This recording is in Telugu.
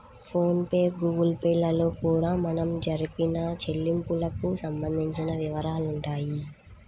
ఫోన్ పే గుగుల్ పే లలో కూడా మనం జరిపిన చెల్లింపులకు సంబంధించిన వివరాలుంటాయి